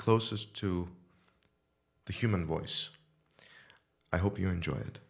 closest to the human voice i hope you enjoy